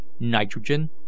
nitrogen